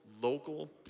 local